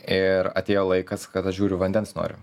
ir atėjo laikas kada žiūriu vandens noriu